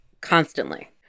constantly